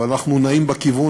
אבל אנחנו נעים בכיוון,